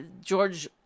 George